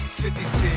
56